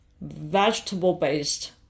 vegetable-based